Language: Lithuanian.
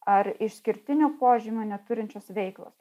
ar išskirtinių požymių neturinčios veiklos